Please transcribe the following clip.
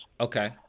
Okay